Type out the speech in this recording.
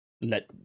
let